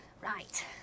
Right